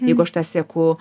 jeigu aš tą seku